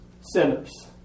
sinners